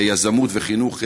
יזמות וחינוך פיננסי.